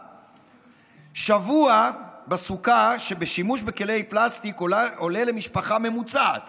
שבוע בסוכה בשימוש בכלי פלסטיק עולה למשפחה ממוצעת